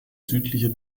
südliche